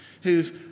who've